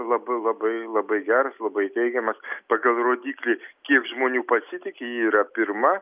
labai labai labai geras labai teigiamas pagal rodiklį kiek žmonių pasitiki ji yra pirma